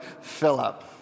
Philip